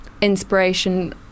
inspiration